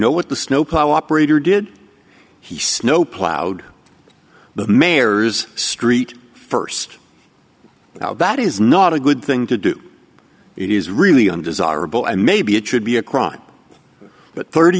know what the snowplow operator did he snow plowed the mayor's street st now that is not a good thing to do it is really undesirable and maybe it should be a crime but thirty